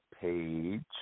page –